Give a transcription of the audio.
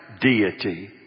deity